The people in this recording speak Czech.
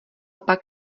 pak